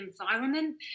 environment